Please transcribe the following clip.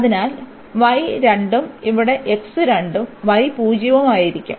അതിനാൽ y 2 ഉം ഇവിടെ x 2 ഉം y 0 ഉം ആയിരിക്കും